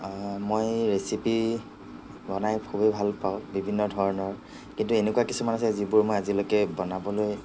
মই ৰেচিপি বনাই খুবেই ভাল পাওঁ বিভিন্ন ধৰণৰ কিন্তু এনেকুৱা কিছুমান আছে যিবোৰ মই আজিলৈকে বনাবলৈ